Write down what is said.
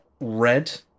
red